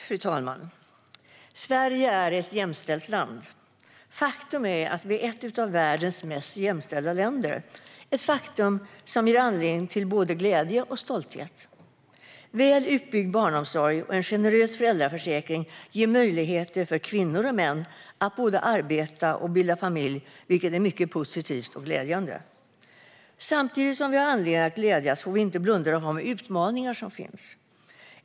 Fru talman! Sverige är ett jämställt land. Faktum är att vi är ett av världens mest jämställda länder, ett faktum som ger anledning till både glädje och stolthet. Väl utbyggd barnomsorg och en generös föräldraförsäkring ger möjligheter för kvinnor och män att både arbeta och bilda familj, vilket är mycket positivt och glädjande. Samtidigt som vi har anledning att glädjas får vi inte blunda för de utmaningar som finns.